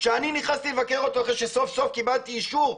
כשאני נכנסתי לבקר אותו אחרי שסוף סוף קיבלתי אישור,